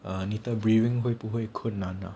err 你的 breathing 会不会困难啊